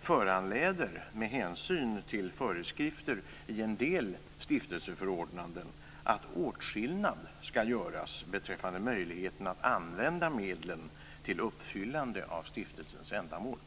föranleder med hänsyn till föreskrifter i en del stiftelseförordnanden att åtskillnad ska göras beträffande möjligheten att använda medlen till uppfyllande av stiftelsens ändamål.